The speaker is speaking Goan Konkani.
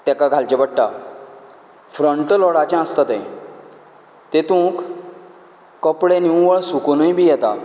तेका घालचे पडटा फ्रंन्ट लोडाचे आसता तें तेतूंत कपडे निव्वळ सुकूनय बीन येता